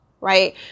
right